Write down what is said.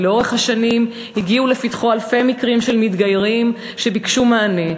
ולאורך השנים הגיעו לפתחו אלפי מקרים של מתגיירים שביקשו מענה,